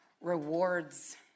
Rewards